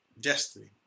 destiny